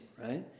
right